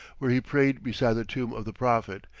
where he prayed beside the tomb of the prophet,